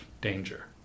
danger